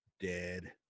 Dead